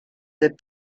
the